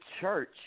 church